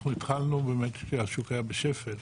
אנחנו התחלנו באמת כשהשוק היה בשפל,